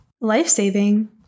life-saving